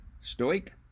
Stoic